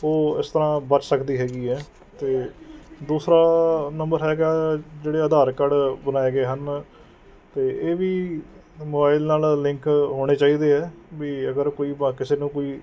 ਉਹ ਇਸ ਤਰ੍ਹਾਂ ਬੱਚ ਸਕਦੀ ਹੈਗੀ ਹੈ ਅਤੇ ਦੂਸਰਾ ਨੰਬਰ ਹੈਗਾ ਜਿਹੜੇ ਆਧਾਰ ਕਾਰਡ ਬਣਾਏ ਗਏ ਹਨ ਅਤੇ ਇਹ ਵੀ ਮੋਬਾਇਲ ਨਾਲ਼ ਲਿੰਕ ਹੋਣੇ ਚਾਹੀਦੇ ਹੈ ਵੀ ਅਗਰ ਕੋਈ ਬ ਕਿਸੇ ਨੂੰ ਕੋਈ